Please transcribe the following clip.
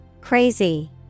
Crazy